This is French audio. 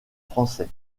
français